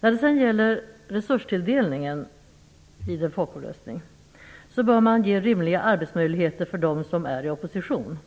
När det gäller resurstilldelningen vid en folkomröstning bör man ge rimliga arbetsmöjligheter till dem som är i opposition.